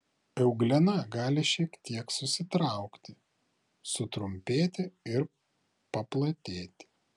euglena gali tik šiek tiek susitraukti sutrumpėti ir paplatėti